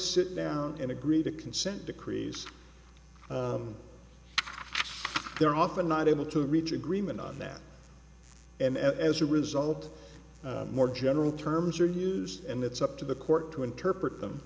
sit down and agree to consent decrees they're often not able to reach agreement on that and as a result more general terms are used and it's up to the court to interpret them